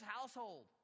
household